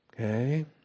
Okay